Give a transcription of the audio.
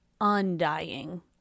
undying